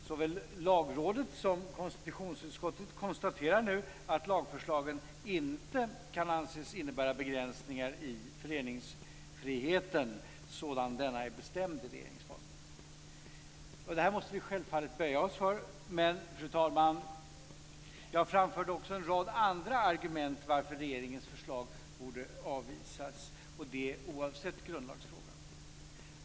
Såväl lagrådet som konstitutionsutskottet konstaterar nu att lagförslagen inte kan anses innebära begränsningar i föreningsfriheten sådan denna är bestämd i regeringsformen. Detta måste vi självfallet böja oss för. Men, fru talman, jag framförde också en rad andra argument för att regeringens förslag borde avvisas, oavsett grundlagsfrågan.